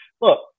look